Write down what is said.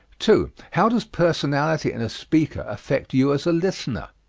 two. how does personality in a speaker affect you as a listener?